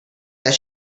that